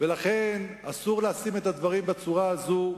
לכן, אסור לשים את הדברים בצורה הזאת.